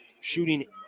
shooting